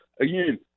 again